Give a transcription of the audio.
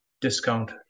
discount